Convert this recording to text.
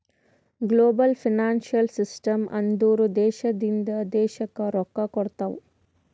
global financial system ಅಂದುರ್ ದೇಶದಿಂದ್ ದೇಶಕ್ಕ್ ರೊಕ್ಕಾ ಕೊಡ್ತಾವ್